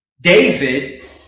David